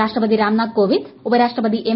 രാഷ്ട്രപതി രാംനാഥ് കോവിന്ദ് ഉപരാഷ്ട്രപതി എം